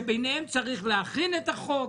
שביניהם צריך להכין את החוק,